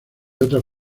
otras